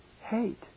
hate